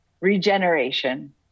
regeneration